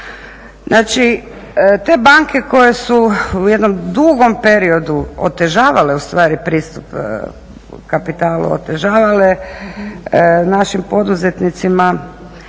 Znači, te banke koje su u dugom periodu otežavale u stari pristup kapitalu, otežavale našim poduzetnicima